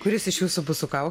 kuris iš jūsų bus su kau